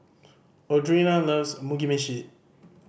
Audrina loves Mugi Meshi